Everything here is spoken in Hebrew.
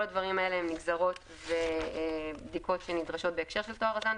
כל הדברים האלה הם נגזרות ובדיקות שנדרשות בהקשר של "טוהר הזן",